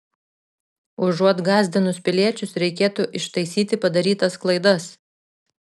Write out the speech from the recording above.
užuot gąsdinus piliečius reikėtų ištaisyti padarytas klaidas